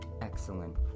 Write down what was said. Excellent